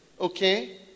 okay